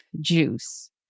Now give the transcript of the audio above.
juice